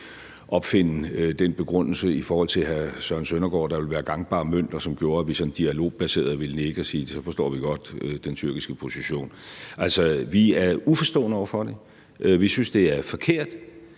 opfinde den begrundelse i forhold til hr. Søren Søndergaard, der ville være gangbar mønt, og som gjorde, at vi sådan dialogbaseret ville nikke og sige, at vi så godt forstår den tyrkiske position. Altså, vi er uforstående over for det, og vi synes, det er forkert,